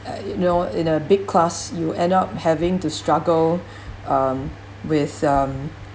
err you know in a big class you end up having to struggle um with um